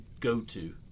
go-to